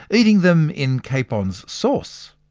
eating them in capon's sauce.